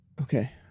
Okay